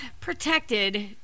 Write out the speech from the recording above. protected